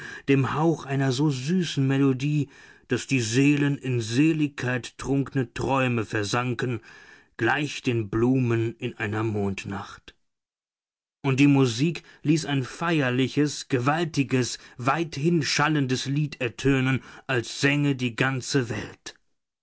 dem hauch einer so süßen melodie daß die seelen in seligkeittrunkne träume versanken gleich den blumen in einer mondnacht und die musik ließ ein feierliches gewaltiges weithinschallendes lied ertönen als sänge die ganze welt